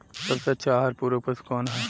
सबसे अच्छा आहार पूरक पशु कौन ह?